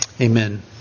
Amen